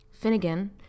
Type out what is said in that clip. Finnegan